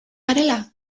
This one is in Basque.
garela